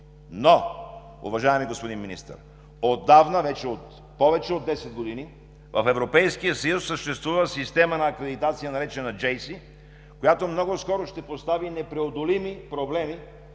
Уважаеми господин Министър, отдавна, повече от 10 години в Европейския съюз съществува система на акредитация, наречена JCI, която много скоро ще постави непреодолими проблеми